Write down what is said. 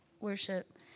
worship